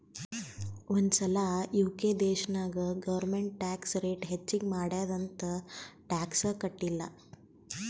ಒಂದ್ ಸಲಾ ಯು.ಕೆ ದೇಶನಾಗ್ ಗೌರ್ಮೆಂಟ್ ಟ್ಯಾಕ್ಸ್ ರೇಟ್ ಹೆಚ್ಚಿಗ್ ಮಾಡ್ಯಾದ್ ಅಂತ್ ಟ್ಯಾಕ್ಸ ಕಟ್ಟಿಲ್ಲ